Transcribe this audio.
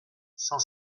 cent